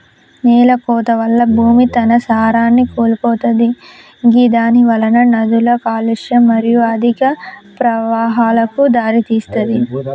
నేలకోత వల్ల భూమి తన సారాన్ని కోల్పోతది గిదానివలన నదుల కాలుష్యం మరియు అధిక ప్రవాహాలకు దారితీస్తది